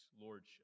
lordship